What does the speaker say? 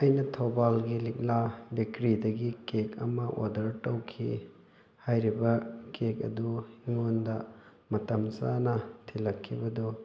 ꯑꯩꯅ ꯊꯧꯕꯥꯜꯒꯤ ꯂꯤꯛꯂꯥ ꯕꯦꯀꯔꯤꯗꯒꯤ ꯀꯦꯛ ꯑꯃ ꯑꯣꯔꯗꯔ ꯇꯧꯈꯤ ꯍꯥꯏꯔꯤꯕ ꯀꯦꯛ ꯑꯗꯨ ꯑꯩꯉꯣꯟꯗ ꯃꯇꯝ ꯆꯥꯅ ꯊꯤꯜꯂꯛꯈꯤꯕꯗꯨ